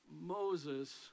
moses